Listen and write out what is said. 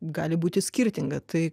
gali būti skirtinga tai